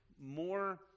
more